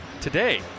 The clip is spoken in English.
today